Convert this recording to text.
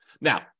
Now